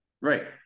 Right